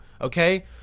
okay